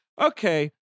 okay